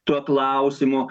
tuo klausimu